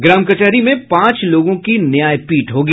ग्राम कचहरी में पांच लोगों की न्याय पीठ होगी